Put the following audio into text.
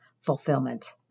fulfillment